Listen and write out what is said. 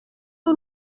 w’u